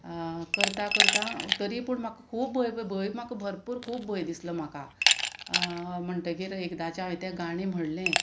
करता करता तरी पूण म्हाका खूब भंय भंय म्हाका भरपूर खूब भंय दिसलो म्हाका म्हणटगीर एकदाचें हांवे तें गाणें म्हणलें